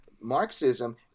Marxism